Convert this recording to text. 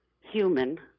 human